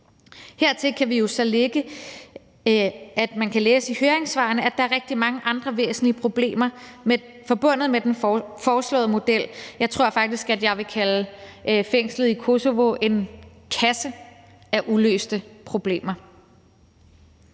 at man kan læse i høringssvarene, at der er rigtig mange andre væsentlige problemer forbundet med den foreslåede model. Jeg tror faktisk, at jeg vil kalde fængslet i Kosovo en kasse af uløste problemer.